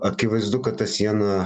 akivaizdu kad ta siena